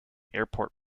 airport